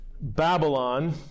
Babylon